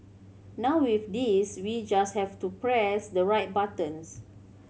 now with this we just have to press the right buttons